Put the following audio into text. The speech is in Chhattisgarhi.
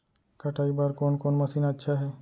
कटाई बर कोन कोन मशीन अच्छा हे?